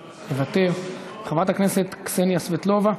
מוותר, חברת הכנסת קסניה סבטלובה,